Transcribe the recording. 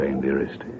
dearest